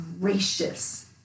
gracious